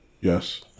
Yes